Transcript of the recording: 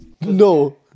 No